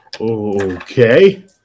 okay